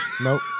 Nope